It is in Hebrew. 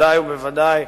בוודאי ובוודאי,